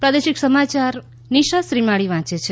પ્રાદેશિક સમાચાર નિશા શ્રીમાળી વાંચે છે